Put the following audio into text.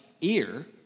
ear